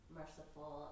merciful